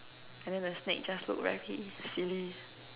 and then the snake just look very silly